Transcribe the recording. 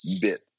bit